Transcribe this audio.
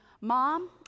Mom